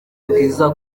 bwiza